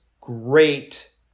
great